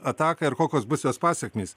ataką ir kokios bus jos pasekmės